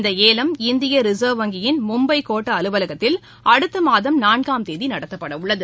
இந்த ஏலம்இந்திய ரிசர்வ் வங்கியின் மும்பை கோட்ட அலுவலகத்தில் அடுத்த மாதம் நான்காம் தேதி நடத்தப்படவுள்ளது